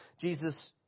Jesus